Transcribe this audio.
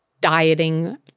dieting